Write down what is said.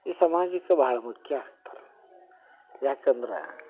ಈ ಸಮಾಜಕ್ಕೆ ಬಹಳ ಮುಖ್ಯ ಆಗ್ತಾರೆ ಯಾಕಂದ್ರೆ